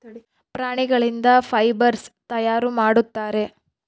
ಪ್ರಾಣಿಗಳಿಂದ ಫೈಬರ್ಸ್ ತಯಾರು ಮಾಡುತ್ತಾರೆ